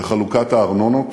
בחלוקת הארנונות